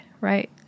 right